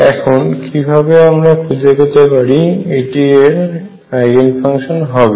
এখন কিভাবে আমরা খুঁজে পেতে পারি এটি এর আইগেন ফাংশন হবে